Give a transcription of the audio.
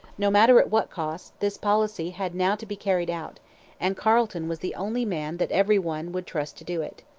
no matter at what cost this policy had now to be carried out and carleton was the only man that every one would trust to do it.